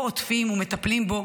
שבו עוטפים ומטפלים בו,